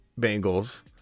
Bengals